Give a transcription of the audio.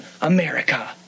America